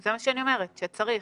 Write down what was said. אני אומרת שצריך.